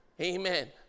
amen